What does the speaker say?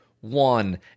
one